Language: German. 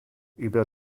über